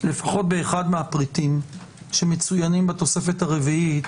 לפחות באחד מהפריטים שמצוינים בתוספת הרביעית,